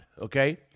okay